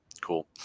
Cool